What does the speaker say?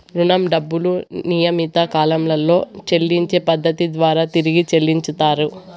రుణం డబ్బులు నియమిత కాలంలో చెల్లించే పద్ధతి ద్వారా తిరిగి చెల్లించుతరు